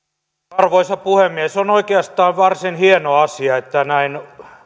arvoisa puhemies on oikeastaan varsin hieno asia että näin